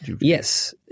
yes